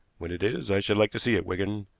when it is i should like to see it, wigan.